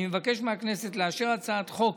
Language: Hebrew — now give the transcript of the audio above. אני מבקש מהכנסת לאשר את הצעת החוק